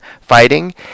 fighting